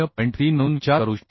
3 म्हणून विचार करू शकतो